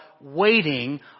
waiting